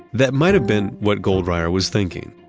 that might have been what goldreyer was thinking.